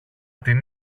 την